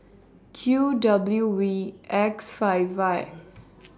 Q W V X five Y